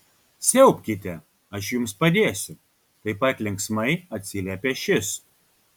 siaubkite aš jums padėsiu taip pat linksmai atsiliepė šis